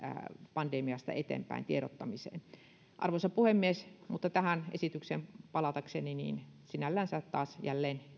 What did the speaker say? pandemiasta tiedottamiseen eteenpäin arvoisa puhemies tähän esitykseen palatakseni niin sinällänsä taas jälleen